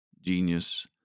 genius